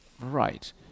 Right